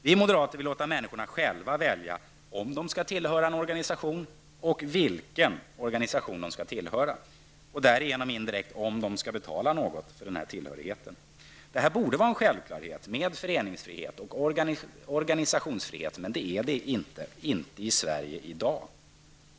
Vi moderater vill låta människorna själva välja om de skall tillhöra en organisation och vilken organisation de skall tillhöra -- och därigenom indirekt om de skall betala något för den tillhörigheten. Det är borde vara en självklarhet, med föreningsfrihet och organisationsfrihet, men det är det inte i Sverige i dag.